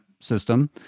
system